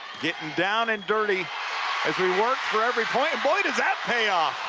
getting down and dirty as we work for every point. boy, does that pay off